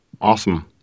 Awesome